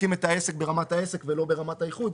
את העסק ברמת העסק ולא ברמת האיחוד,